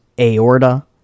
aorta